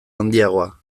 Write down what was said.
handiagoa